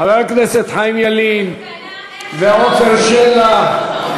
חברי הכנסת חיים ילין ועפר שלח,